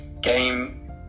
game